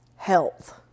health